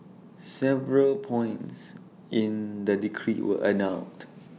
several points in the decree were annulled